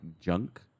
junk